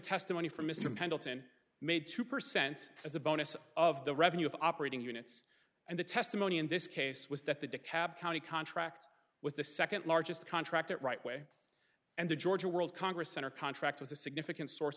testimony from mr pendleton made two percent as a bonus of the revenue of operating units and the testimony in this case was that the dekalb county contract was the second largest contract that right way and the georgia world congress center contract was a significant source